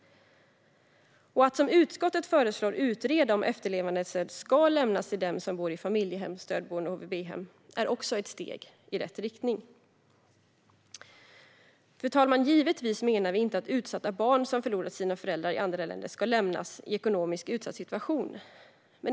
Att som utskottet föreslår utreda om efterlevandestöd ska lämnas till dem som bor i familjehem, stödboende och HVB-hem är också ett steg i rätt riktning. Fru talman! Givetvis menar vi inte att utsatta barn som förlorat sina föräldrar i andra länder ska lämnas i en ekonomisk utsatt situation.